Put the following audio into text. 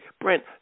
Brent